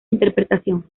interpretación